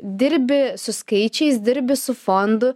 dirbi su skaičiais dirbi su fondu